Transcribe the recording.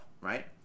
right